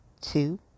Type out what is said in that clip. Two